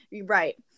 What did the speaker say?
Right